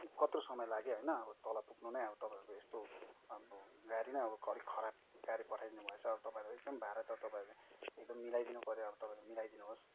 कत्रो समय लाग्यो होइन अब तल पुग्नु नै अब तपाईँहरूको यस्तो अब गाडी नै अब अलिक खराब गाडी पठाइदिनु भएछ अब एकदम भाडा त तपाईँहरूले एकदम मिलाइदिनु पऱ्यो अब तपाईँहरूले मिलाइदिनुहोस्